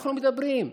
אנחנו מדברים,